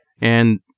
And-